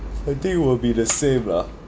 I think will be the same lah